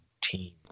team